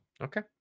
okay